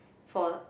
for